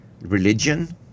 religion